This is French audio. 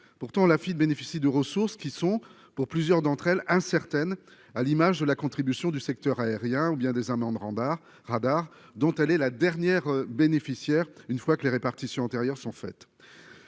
pourtant la fille bénéficie de ressources qui sont pour plusieurs d'entre elles, incertaine, à l'image de la contribution du secteur aérien, ou bien des amendes radars radars dont elle est la dernière bénéficiaire, une fois que les répartitions sont faites,